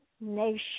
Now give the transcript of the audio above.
nation